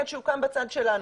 עד שיוקם בצד שלנו.